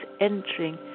entering